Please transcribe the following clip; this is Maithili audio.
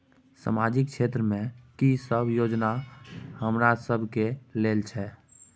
सामाजिक क्षेत्र में की सब योजना हमरा सब के लेल छै?